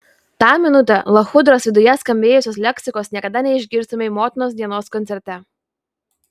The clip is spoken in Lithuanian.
tą minutę lachudros viduje skambėjusios leksikos niekada neišgirstumei motinos dienos koncerte